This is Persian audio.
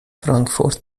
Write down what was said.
فرانکفورت